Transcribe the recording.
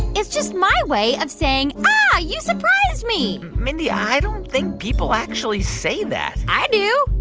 it's just my way of saying, yeah ah, you surprised me mindy, i don't think people actually say that i do.